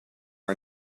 are